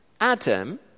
Adam